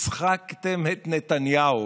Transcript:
הצחקתם את נתניהו.